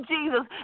Jesus